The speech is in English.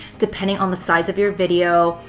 depending on the size of your video,